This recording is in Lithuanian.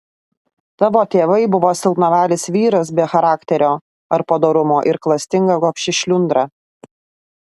tavo tėvai buvo silpnavalis vyras be charakterio ar padorumo ir klastinga gobši šliundra